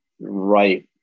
right